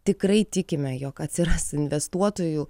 tikrai tikime jog atsiras investuotojų